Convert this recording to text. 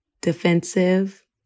defensive